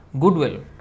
goodwill